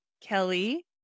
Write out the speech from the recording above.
Kelly